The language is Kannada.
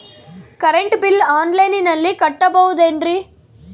ಕರೆಂಟ್ ಬಿಲ್ಲು ಆನ್ಲೈನಿನಲ್ಲಿ ಕಟ್ಟಬಹುದು ಏನ್ರಿ?